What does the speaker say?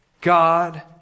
God